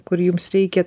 kur jums reikia